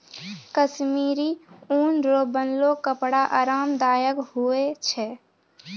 कश्मीरी ऊन रो बनलो कपड़ा आराम दायक हुवै छै